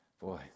boy